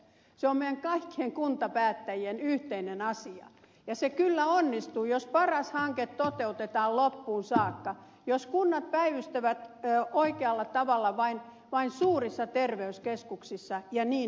se on meidän kaikkien kuntapäättäjien yhteinen asia ja se kyllä onnistuu jos paras hanke toteutetaan loppuun saakka jos kunnat päivystävät oikealla tavalla vain suurissa terveyskeskuksissa ja niin edelleen